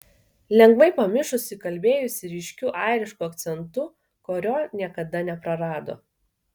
lengvai pamišusi kalbėjusi ryškiu airišku akcentu kurio niekada neprarado